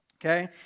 okay